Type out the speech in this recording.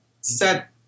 set